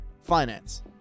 Finance